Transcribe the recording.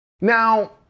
Now